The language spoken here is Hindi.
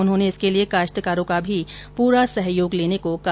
उन्होंने इसके लिए काश्तकारों का भी पूरा सहयोग लेने को कहा